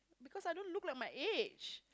because I don't look like my age